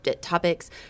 topics